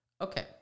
Okay